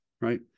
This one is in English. Right